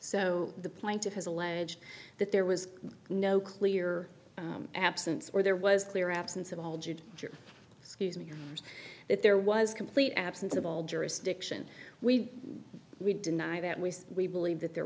so the plaintiff has alleged that there was no clear absence or there was clear absence of all good excuse me that there was complete absence of all jurisdiction we we deny that we we believe that there